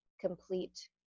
complete